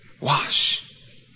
wash